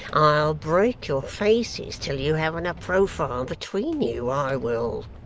i'll break your faces till you haven't a profile between you, i will